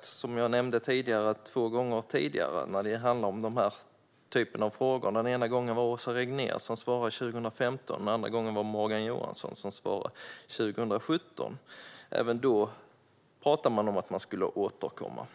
Som jag nämnt har jag ställt den här typen av frågor två gånger tidigare. Den ena gången svarade Åsa Regnér 2015, och den andra gången svarade Morgan Johansson 2017. Även då talade man om att man skulle återkomma.